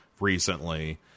recently